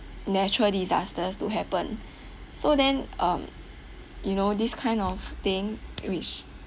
natural disasters to happen so then um you know this kind of thing which